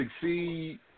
succeed